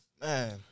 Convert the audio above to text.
Man